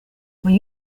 will